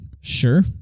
Sure